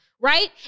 right